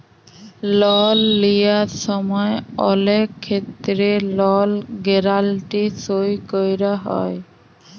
লল লিয়ার সময় অলেক ক্ষেত্রে লল গ্যারাল্টি সই ক্যরা হ্যয়